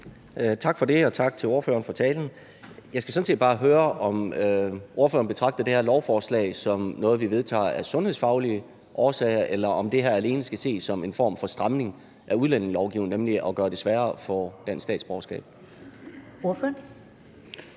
Tak for det. Og tak til ordføreren for talen. Jeg skal sådan set bare høre, om ordføreren betragter det her lovforslag som noget, vi vedtager af sundhedsfaglige årsager, eller om det her alene skal ses som en form for stramning af udlændingelovgivningen, nemlig ved at gøre det sværere at få dansk statsborgerskab. Kl.